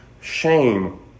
Shame